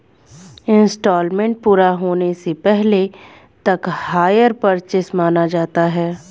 instalment पूरा होने से पहले तक हायर परचेस माना जाता है